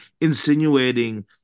insinuating